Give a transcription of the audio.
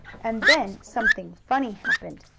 and then something funny happened.